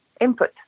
input